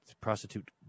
prostitute